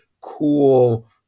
cool